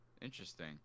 Interesting